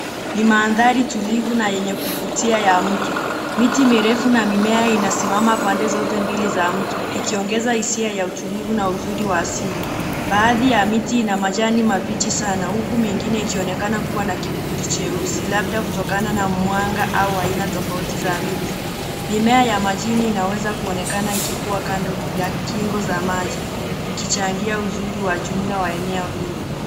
Ni mandhari tulivu na yenye kuvutia ya mto. Miti mirefu na mimea inasimama pande zote mbili za mto, ikiongeza hisia ya utulivu na uzuri wa asili. Baadhi ya miti ina majani mabichi sana huku mengine ikionekana kuwa na kivuli cheusi labda kutokana na mwanga au aina tofauti za miti. Mimea ya majini inaweza kuonekana ikikuwa kando ya kingo za maji ikchangia uzuri wa jumla wa eneo hili.